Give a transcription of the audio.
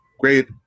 great